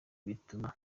bituma